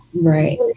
right